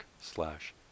slash